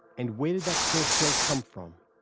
and where did that first cell come from?